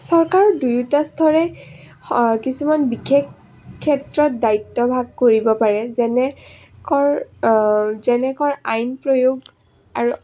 চৰকাৰৰ দুয়োটা স্তৰে কিছুমান বিশেষ ক্ষেত্ৰত দায়িত্বভাগ কৰিব পাৰে যেনে কৰ যেনে কৰ আইন প্ৰয়োগ আৰু